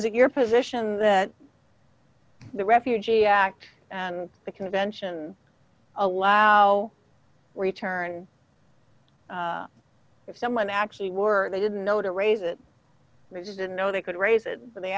is it your position that the refugee act and the convention allow return if someone actually were they didn't know to raise it raises didn't know they could raise it and they